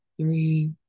three